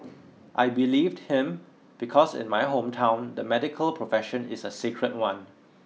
I believed him because in my hometown the medical profession is a sacred one